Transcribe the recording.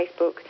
Facebook